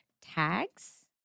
tags